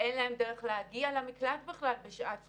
אין להם דרך להגיע למקלט בכלל בשעת חירום.